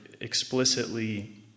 explicitly